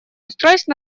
устройств